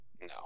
No